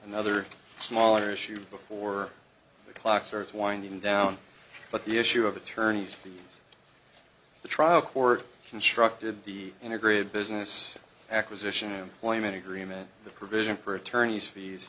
another smaller issue before the clock sir is winding down but the issue of attorneys fees the trial court constructed the integrated business acquisition employment agreement the provision for attorneys fees